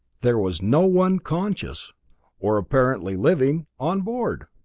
there was no one conscious or apparently living on board!